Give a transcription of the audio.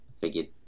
Figured